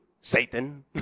Satan